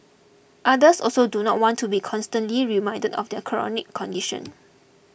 others also do not want to be constantly reminded of their chronic condition